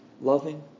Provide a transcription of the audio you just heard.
loving